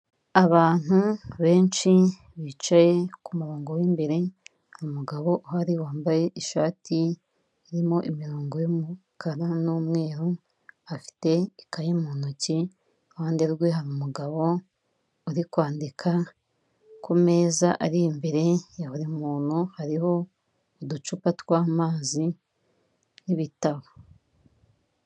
Abantu benshi bicaye ku murongo w'imbere, umugabo uhari wambaye ishati irimo imirongo y'umukara n'umweru, afite ikaye mu ntoki, iruhande rwe hari umugabo uri kwandika, ku meza ari imbere ya buri muntu hariho uducupa tw'amazi n'ibitabo.